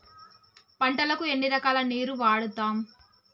పంటలకు ఎన్ని రకాల నీరు వాడుతం?